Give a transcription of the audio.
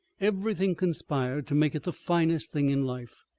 everything conspired to make it the finest thing in life.